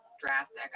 drastic